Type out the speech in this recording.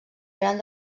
gran